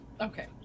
Okay